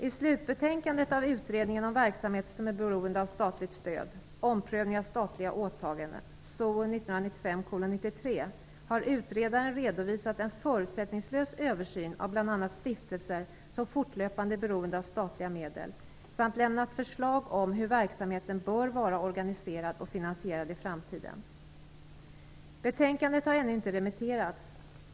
I slutbetänkandet av Utredningen om verksamheter som är beroende av statligt stöd, Omprövning av statliga åtaganden, SOU 1995:93, har utredaren redovisat en förutsättningslös översyn av bl.a. stiftelser som fortlöpande är beroende av statliga medel samt lämnat förslag om hur verksamheten bör vara organiserad och finansierad i framtiden. Betänkandet har ännu inte remitterats.